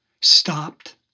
stopped